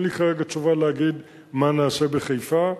אין לי כרגע תשובה להגיד מה נעשה בחיפה.